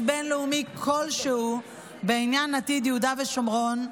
בין-לאומי כלשהו בעניין עתיד יהודה ושומרון,